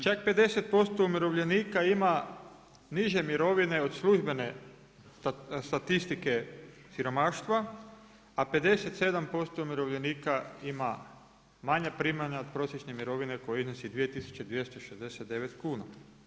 Čak 50% umirovljenika ima niže mirovine od službene statistike siromaštva, a 57% umirovljenika ima manja primanja od prosječne mirovine koja iznosi 2.269 kuna.